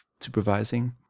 supervising